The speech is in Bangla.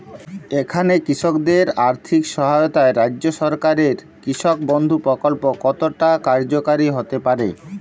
এখানে কৃষকদের আর্থিক সহায়তায় রাজ্য সরকারের কৃষক বন্ধু প্রক্ল্প কতটা কার্যকরী হতে পারে?